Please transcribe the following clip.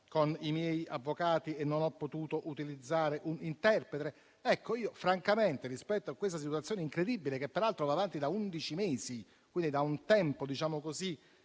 con i miei avvocati e non ho potuto utilizzare un interprete». Io francamente, rispetto a questa situazione incredibile, che peraltro va avanti da undici mesi, quindi da un tempo significativo